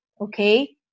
okay